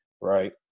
Right